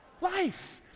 life